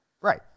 Right